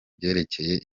byerekeye